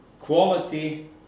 quality